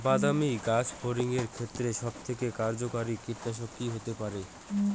বাদামী গাছফড়িঙের ক্ষেত্রে সবথেকে কার্যকরী কীটনাশক কি হতে পারে?